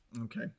Okay